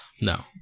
no